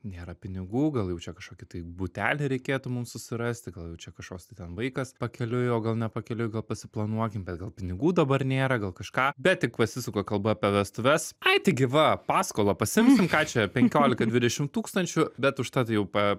nėra pinigų gal jau čia kažkokį tai butelį reikėtų mums susirasti gal jau čia kažkoks tai ten vaikas pakeliui o gal ne pakeliui gal pasiplanuokim bet gal pinigų dabar nėra gal kažką bet tik pasisuka kalba apie vestuves ai tai gi va paskolą pasiimsim ką čia penkiolika dvidešimt tūkstančių bet užtad jau pa